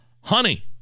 honey